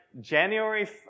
January